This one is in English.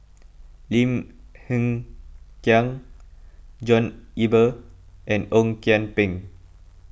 Lim Hng Kiang John Eber and Ong Kian Peng